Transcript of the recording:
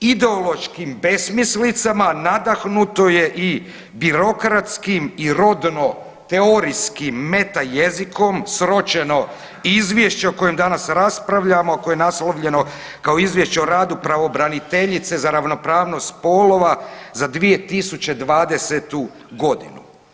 ideološkim besmislicama nadahnuto je i birokratskim i rodno teorijskim meta jezikom sročeno izvješće o kojem danas raspravljamo, a koje je naslovljeno kao Izvješće o radu pravobraniteljice za ravnopravnost spolova za 2020. godinu.